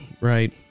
right